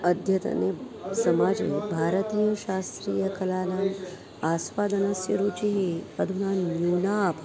अद्यतने समाजे भारतीयशास्त्रीयकलानाम् आस्वादनस्य रुचिः अधुना न्यूना अभवत्